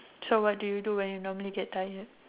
so what do you do when you normally get tired